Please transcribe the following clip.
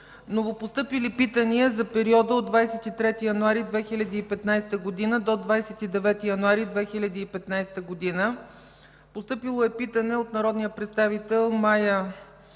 Новопостъпили питания за периода 23 януари 2015 г. до 29 януари 2015 г. Постъпило е питане от народните представители Мая